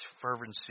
fervency